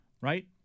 right